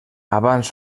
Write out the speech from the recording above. abans